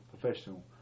professional